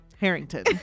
Harrington